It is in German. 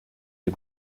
dem